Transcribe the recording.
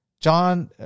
John